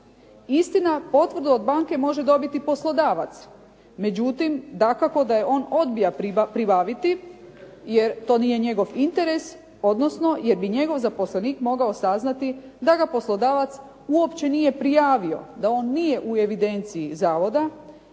Istina, potvrdu od banke može dobiti poslodavac, međutim dakako da je on odbija pribaviti, jer to nije njegov interes, odnosno jer bi njegov zaposlenik mogao saznati da ga poslodavac uopće nije prijavio, da on nije u evidenciji zavoda,